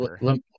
Let